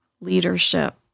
leadership